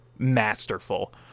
Masterful